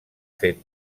fet